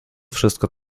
wszystko